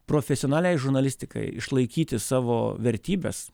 profesionaliai žurnalistikai išlaikyti savo vertybes